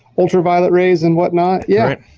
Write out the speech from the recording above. ultra-violet rays and what-not. yeah.